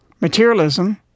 materialism